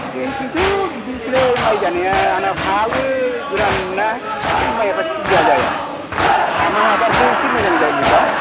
जोंनिथिंथ' बिदिनोसैलै माइ गायनाया हायाबो गोरान ना माइफोरा सुबिदा जाया हामा हाबासो एसे मोजां जायोब्रा